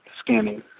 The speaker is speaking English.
scanning